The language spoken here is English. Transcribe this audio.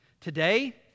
Today